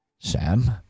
Sam